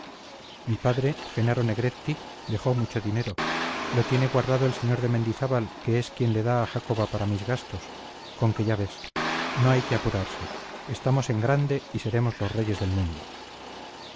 mi padre jenaro negretti dejó mucho dinero lo tiene guardado el sr de mendizábal que es quien le da a jacoba para mis gastos con que ya ves no hay que apurarse estamos en grande y seremos los reyes del mundo